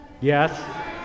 Yes